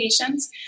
patients